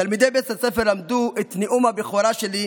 תלמידי בית הספר למדו את נאום הבכורה שלי,